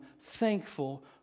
thankful